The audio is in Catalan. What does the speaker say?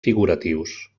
figuratius